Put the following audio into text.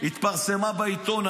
התפרסמה בעיתון.